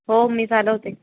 हो मी चालवते